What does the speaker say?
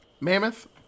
Mammoth